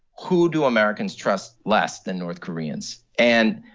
who do americans trust less than north koreans? and,